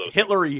Hitler